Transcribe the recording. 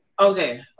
Okay